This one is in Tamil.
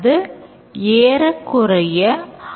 இதன் compartment களாக name attribute மற்றும் operations உள்ளன